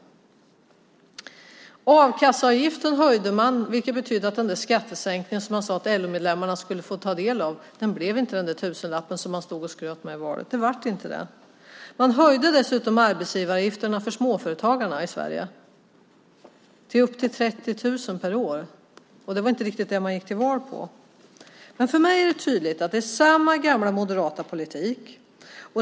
A-kasseavgiften höjde man, vilket betydde att den skattesänkning som man sade att LO-medlemmarna skulle få del av inte blev den tusenlapp man stod och skröt om i valet. Man höjde dessutom arbetsgivaravgifterna för småföretagarna i Sverige till upp till 30 000 per år. Det var inte riktigt det man gick till val på. För mig är det tydligt att det är samma gamla moderata politik.